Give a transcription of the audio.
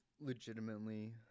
legitimately